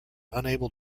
unable